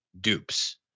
dupes